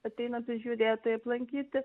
ateina prižiūrėtojai aplankyti